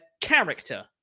character